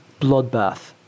Bloodbath